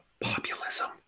populism